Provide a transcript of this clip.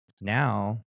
Now